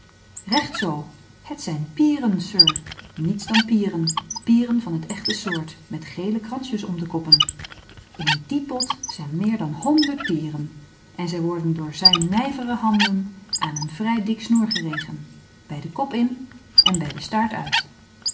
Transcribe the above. recht zoo het zijn pieren sir niets dan pieren pieren van het echte soort met gele kransjes om de koppen in dien pot zijn meer dan honderd pieren en zij worden door zijne nijvere handen aan een vrij dik snoer geregen bij den kop in en bij den staart uit